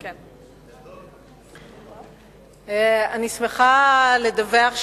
גברתי היושבת-ראש,